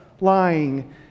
lying